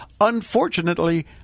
unfortunately